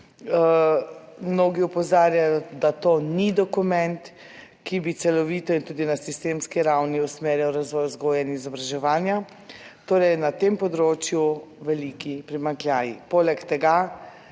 (nadaljevanje) ni dokument, ki bi celovito in tudi na sistemski ravni usmerjal razvoj vzgoje in izobraževanja, torej, na tem področju veliki primanjkljaj. Poleg tega